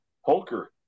Holker